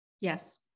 Yes